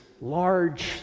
large